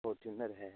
Fortuner है